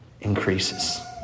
increases